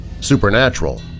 supernatural